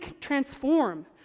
transform